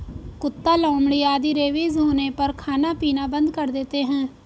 कुत्ता, लोमड़ी आदि रेबीज होने पर खाना पीना बंद कर देते हैं